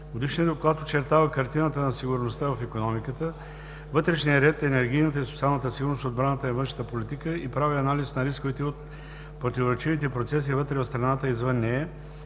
Годишният доклад очертава картината на сигурността в икономиката, вътрешния ред, енергийната и социалната сигурност, отбраната и външната политика и прави анализ на рисковете от противоречивите процеси вътре в страната и извън нея